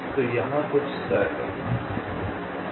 तो यहाँ कुछ स्तर है